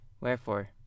Wherefore